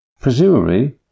Presumably